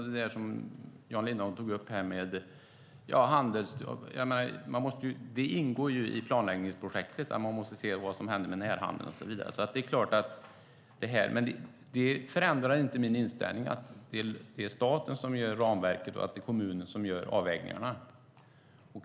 Det som Jan Lindholm tog upp med handelsstrukturen ingår i planläggningsprojektet - man måste se vad som händer med närhandeln och så vidare. Men det förändrar inte min inställning att det är staten som gör ramverket och kommunen som gör avvägningarna.